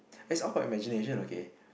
is all about imagination okay